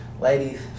ladies